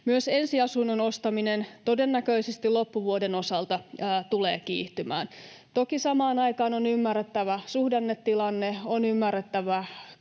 Myös ensiasunnon ostaminen todennäköisesti loppuvuoden osalta tulee kiihtymään. Toki samaan aikaan on ymmärrettävä suhdannetilanne, on ymmärrettävä